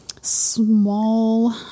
small